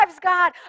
God